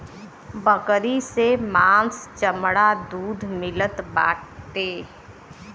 बकरी से मांस चमड़ा दूध मिलत बाटे